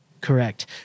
Correct